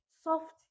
soft